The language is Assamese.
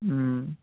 ওঁ